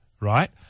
right